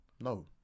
No